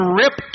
rip